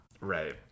right